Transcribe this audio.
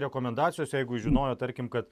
rekomendacijos jeigu žinojot tarkim kad